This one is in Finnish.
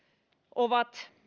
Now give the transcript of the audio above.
ovat